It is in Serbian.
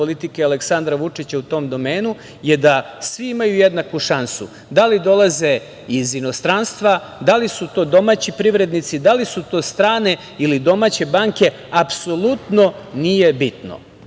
politike Aleksandra Vučića u tom domenu je da svi imaju jednaku šansu, da li dolaze iz inostranstva, da li su to domaći privrednici, da li su to strane ili domaće banke apsolutno nije bitno.